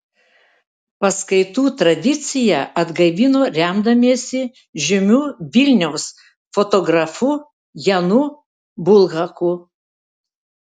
paskaitų tradiciją atgaivino remdamiesi žymiu vilniaus fotografu janu bulhaku